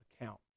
account